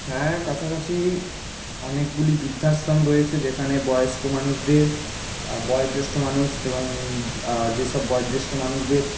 হ্যাঁ কাছাকাছি অনেকগুলি বৃদ্ধাশ্রম রয়েছে যেখানে বয়স্ক মানুষদের বয়োজ্যেষ্ঠ মানুষ এবং যে সব বয়োজ্যেষ্ঠ্য মানুষদের